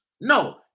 No